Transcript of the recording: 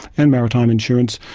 and maritime insurance,